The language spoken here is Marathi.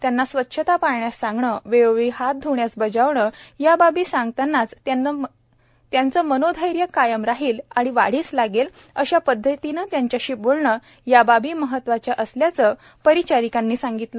त्यांना स्वच्छता पाळण्यास सांगणे वेळोवेळी हात ध्ण्यास बजावणे या बाबी सांगतानाच त्यांचे मनोधैर्य कायम राहील आणि वाढीस लागेल अशा पद्धतीने त्यांच्याशी बोलणे या बाबी महत्त्वाच्या असतात असे त्यांनी सांगितले